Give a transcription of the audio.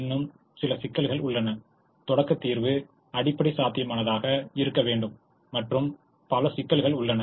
இன்னும் சில சிக்கல்கள் உள்ளன தொடக்க தீர்வு அடிப்படை சாத்தியமானதாக இருக்க வேண்டும் மற்றும் பல சிக்கல்கள் உள்ளன